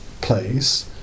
place